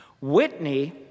Whitney